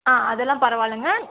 ஆ அதலாம் பரவாயில்லைங்க